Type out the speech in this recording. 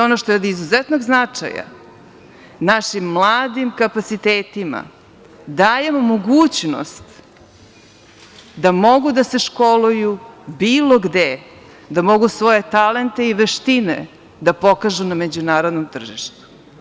Ono što je od izuzetnog značaja, našim mladim kapacitetima dajemo mogućnost da mogu da se školuju bilo gde, da mogu svoje talente i veštine da pokažu na međunarodnom tržištu.